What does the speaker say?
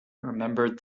remembered